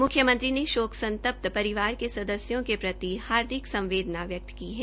मुख्यमंत्री ने शोक संतप्त परिवार के सदस्यों के प्रति हार्दिक संवेदना व्यक्त की है